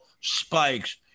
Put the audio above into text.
spikes